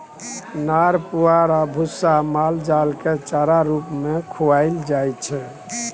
नार पुआर आ भुस्सा माल जालकेँ चारा रुप मे खुआएल जाइ छै